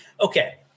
Okay